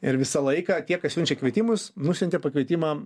ir visą laiką tie kas siunčia kvietimus nusiuntė pakvietimą